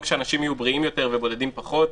שאנשים יהיו בריאים יותר ובודדים פחות.